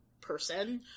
person